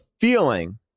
feeling